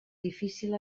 difícil